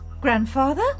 Grandfather